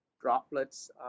droplets